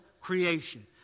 creation